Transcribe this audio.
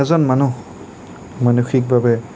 এজন মানুহ মানসিকভাৱে